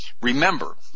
Remember